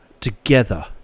together